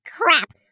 crap